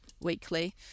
weekly